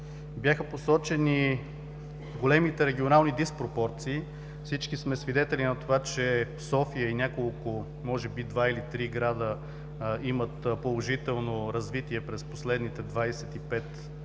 бяха посочени големите регионални диспропорции. Всички сме свидетели на това, че София и няколко – може би два или три града, има положително развитие през последните 25 – 28 години,